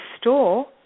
store